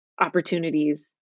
opportunities